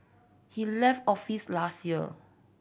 he left office last year